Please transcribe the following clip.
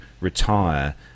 retire